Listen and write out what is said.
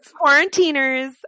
Quarantiners